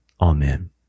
Amen